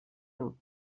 nhw